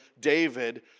David